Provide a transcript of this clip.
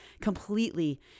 completely